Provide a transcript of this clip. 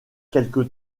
quelque